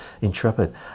Intrepid